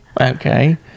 Okay